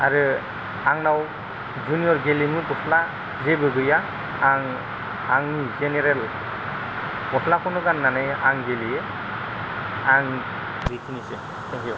आरो आंनाव जुनिय'र गेलेमु गस्ला जेबो गैया आं आंनि जेनेरेल गस्लाखौनो गाननानै आं गेलेयो आं बेखिनिसै थेंक इउ